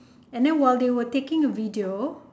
and then while they where taking a video